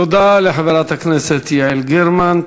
תודה לחברת הכנסת יעל גרמן.